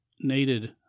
needed